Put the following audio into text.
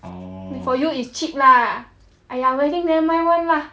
for you is cheap lah !aiya! wedding nevermind [one] lah